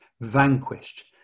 vanquished